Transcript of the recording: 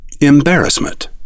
Embarrassment